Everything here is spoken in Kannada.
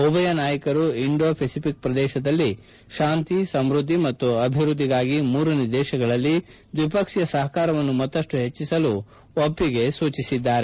ಉಭಯ ನಾಯಕರು ಇಂಡೋ ಪೆಸಿಫಿಕ್ನಲ್ಲಿ ಪ್ರದೇಶದಲ್ಲಿ ಶಾಂತಿ ಸಮ್ಯದ್ಧಿ ಮತ್ತು ಅಭಿವ್ಯದ್ಧಿಗಾಗಿ ಮೂರನೇ ದೇಶಗಳಲ್ಲಿ ದ್ವಿಪಕ್ಷೀಯ ಸಹಕಾರವನ್ನು ಮತ್ತಷ್ಟು ಹೆಚ್ಚಿಸಲು ಒಪ್ಪಿಗೆ ಸೂಚಿಸಿದ್ದಾರೆ